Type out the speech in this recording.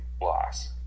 loss